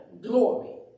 glory